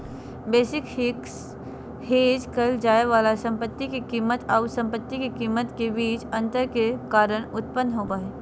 basis risk hedge क़इल जाय वाला संपत्ति के कीमत आऊ संपत्ति के कीमत के बीच अंतर के कारण उत्पन्न होबा हइ